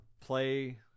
play